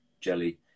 jelly